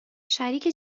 شریک